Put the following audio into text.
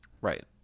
Right